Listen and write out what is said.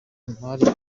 imari